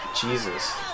Jesus